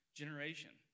generation